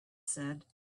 said